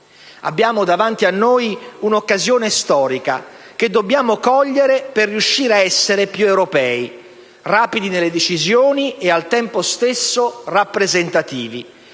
Abbiamo davanti a noi un'occasione storica che dobbiamo cogliere per riuscire a essere più europei: rapidi nelle decisioni e al tempo stesso rappresentativi.